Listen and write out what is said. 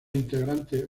integrantes